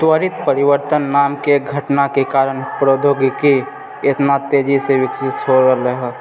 त्वरित परिवर्तन नामके एक घटनाके कारण प्रौद्योगिकी एतना तेजीसँ विकसित हो रहलैहँ